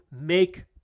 make